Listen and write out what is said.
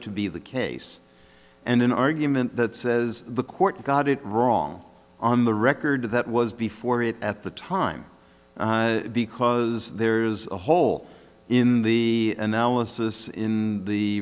to be the case and an argument that says the court got it wrong on the record that was before it at the time because there's a hole in the analysis in the